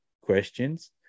questions